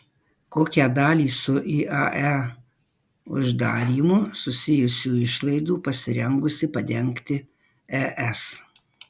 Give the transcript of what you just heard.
kokią dalį su iae uždarymu susijusių išlaidų pasirengusi padengti es